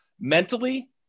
mentally